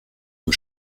nos